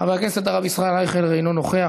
חבר הכנסת הרב ישראל אייכלר, אינו נוכח.